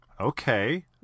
okay